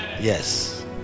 Yes